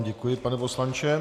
Děkuji vám, pane poslanče.